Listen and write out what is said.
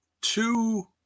two